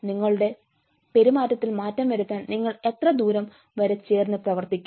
നിങ്ങളുടെ പെരുമാറ്റത്തിൽ മാറ്റം വരുത്താൻ നിങ്ങൾ എത്ര ദൂരം വരെ ചേർന്ന് പ്രവർത്തിക്കും